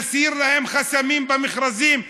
נסיר להם חסמים במכרזים,